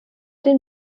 den